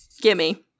Gimme